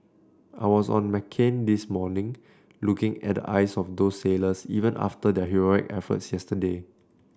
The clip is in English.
I was on McCain this morning looking at eyes of those sailors even after their heroic efforts yesterday